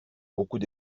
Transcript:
beaucoup